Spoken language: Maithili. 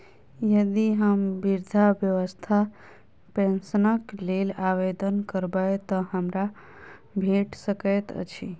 यदि हम वृद्धावस्था पेंशनक लेल आवेदन करबै तऽ हमरा भेट सकैत अछि?